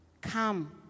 Come